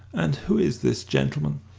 and who is this gentleman?